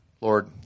Lord